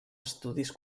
estudis